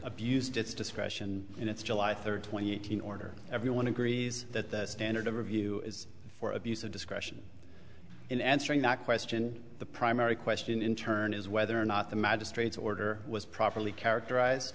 abused its discretion in its july third twenty eight hundred order everyone agrees that the standard of review is for abuse of discretion in answering that question the primary question in turn is whether or not the magistrate's order was properly characterize